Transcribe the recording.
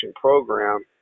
program